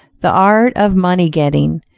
the art of money getting,